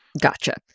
Gotcha